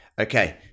Okay